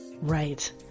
Right